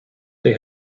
they